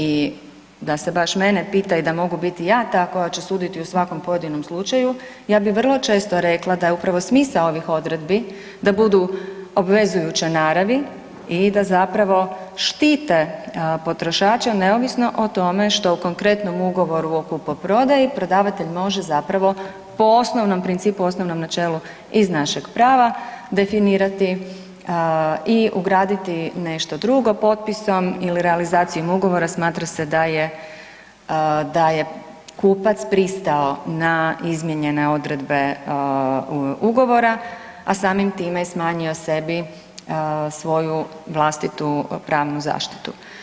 I da se baš mene pita i da mogu biti ja ta koja će suditi u svakom pojedinom slučaju, ja bih vrlo često rekla da je upravo smisao ovih odredbi da budu obvezujuće naravi i da zapravo štite potrošača neovisno o tome što u konkretnom ugovoru o kupoprodaji prodavatelj može zapravo, po osnovnom principu, osnovnom načelu iz našeg prava, definirati i ugraditi nešto drugo, potpisom ili realizacijom ugovora smatra se da je kupac pristao na izmijenjene odredbe ugovora, a samim time, smanjio sebi svoju vlastitu pravnu zaštitu.